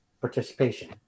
participation